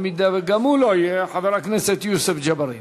ובמידה שגם הוא לא יהיה, חבר הכנסת יוסף ג'בארין.